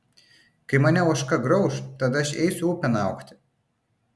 kai mane ožka grauš tada aš eisiu upėn augti